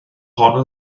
hon